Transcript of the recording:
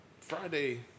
Friday